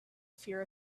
fear